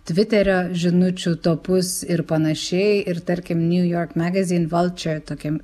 tviterio žinučių topus ir panašiai ir tarkim new york magazine vulture tokiam